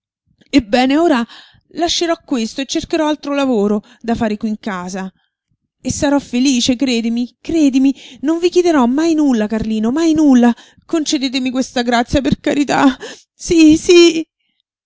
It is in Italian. ebbene ora lascerò questo e cercherò altro lavoro da fare qui in casa e sarò felice credimi credimi non vi chiederò mai nulla carlino mai nulla concedetemi questa grazia per carità sí sí